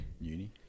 Uni